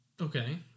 Okay